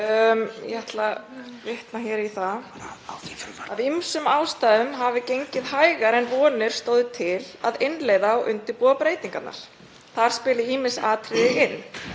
segir, með leyfi forseta: „Af ýmsum ástæðum hafi gengið hægar en vonir stóðu til að innleiða og undirbúa breytingarnar. Þar spili ýmis atriði inn,